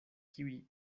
kiuj